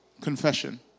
Confession